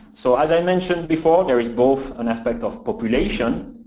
so as i mentioned before, there is both an aspect of population,